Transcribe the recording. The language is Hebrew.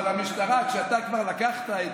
אבל המשטרה, כשאתה כבר שתית,